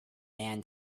man